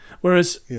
Whereas